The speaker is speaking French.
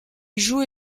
joue